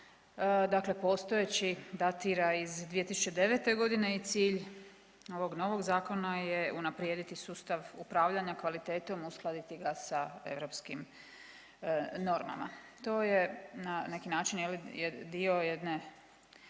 Dakle, postojeći datira iz 2009. godine i cilj ovog novog zakona je unaprijediti sustav upravljanja kvalitetom, uskladiti ga sa europskim normama. To je na neki način je